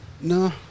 No